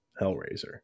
Hellraiser